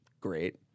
great